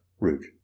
root